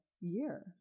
year